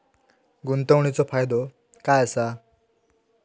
गुंतवणीचो फायदो काय असा?